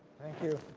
thank you.